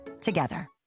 Together